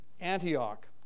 Antioch